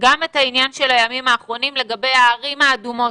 גם את עניין הימים האחרונים לגבי הערים האדומות,